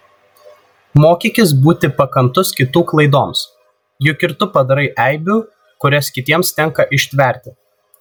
mokykis būti pakantus kitų klaidoms juk ir tu padarai eibių kurias kitiems tenka ištverti